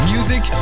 Music